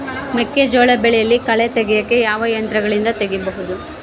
ಮೆಕ್ಕೆಜೋಳ ಬೆಳೆಯಲ್ಲಿ ಕಳೆ ತೆಗಿಯಾಕ ಯಾವ ಯಂತ್ರಗಳಿಂದ ತೆಗಿಬಹುದು?